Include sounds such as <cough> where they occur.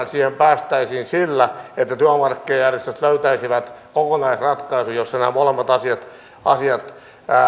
<unintelligible> siihen päästäisiin sillä että työmarkkinajärjestöt löytäisivät kokonaisratkaisun jossa nämä molemmat asiat asiat